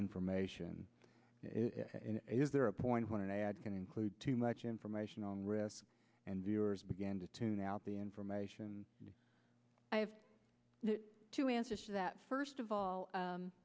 information is there a point when an ad can include too much information on risk and viewers began to tune out the information i have to answer that first of all